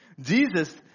Jesus